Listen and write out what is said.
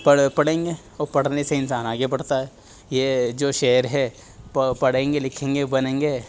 پڑھیں گے اور پڑھنے سے انسان آگے بڑھتا ہے یہ جو شعر ہے پڑھیں گے لگھیں گے بنیں گے